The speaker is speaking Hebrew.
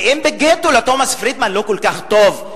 ואם בגטו לתומס פרידמן לא כל כך טוב,